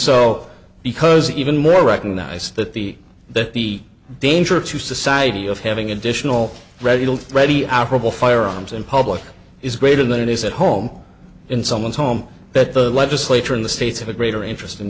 so because even more recognize that the that the danger to society of having additional ready ready our trouble firearms in public is greater than it is at home in someone's home that the legislature in the states have a greater interest